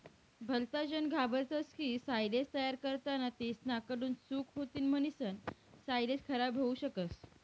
भलताजन घाबरतस की सायलेज तयार करताना तेसना कडून चूक होतीन म्हणीसन सायलेज खराब होवू शकस